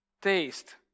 Taste